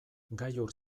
gailur